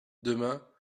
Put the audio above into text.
demain